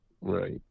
Right